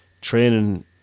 training